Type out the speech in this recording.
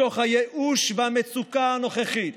מתוך הייאוש והמצוקה הנוכחית